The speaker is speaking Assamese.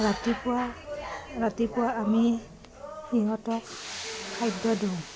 ৰাতিপুৱা ৰাতিপুৱা আমি সিহঁতক খাদ্য দিওঁ